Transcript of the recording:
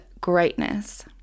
greatness